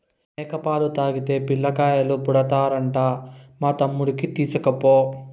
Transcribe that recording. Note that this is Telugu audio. మేక పాలు తాగితే పిల్లకాయలు పుడతారంట మా తమ్ముడికి తీస్కపో